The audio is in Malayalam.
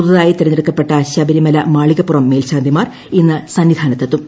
പുതുതായി തിരഞ്ഞെടുക്കപ്പെട്ട ശബരിമല മാളികപ്പുറം മേൽശാന്തിമാർ ഇന്ന് സന്നിധാനത്തെത്തും